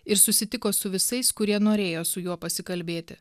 ir susitiko su visais kurie norėjo su juo pasikalbėti